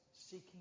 Seeking